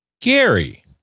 Gary